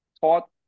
taught